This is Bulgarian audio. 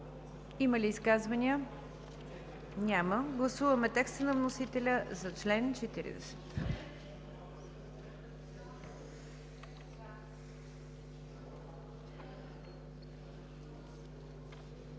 Има ли изказвания? Няма. Гласуваме текста на вносителя за чл. 40.